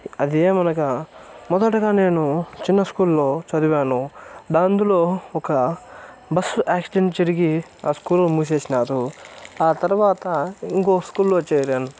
అదేవనగా మొదటగా నేను చిన్న స్కూల్లో చదివాను అందులో ఒక బస్సు యాక్సిడెంట్ జరిగి ఆ స్కూలు మూసేసినారు ఆ తర్వాత ఇంకో స్కూల్లో చేరాను